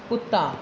ਕੁੱਤਾ